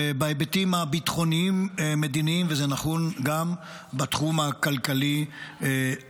בהיבטים הביטחוניים-מדיניים וזה נכון גם בתחום הכלכלי-החברתי.